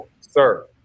sir